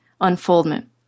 unfoldment